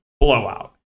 blowout